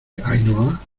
ainhoa